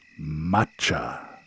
matcha